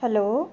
हलो